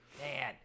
man